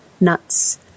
nuts